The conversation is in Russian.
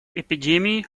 эпидемии